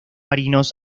marinos